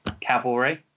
cavalry